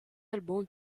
alban